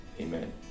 Amen